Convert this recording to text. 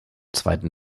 zweiten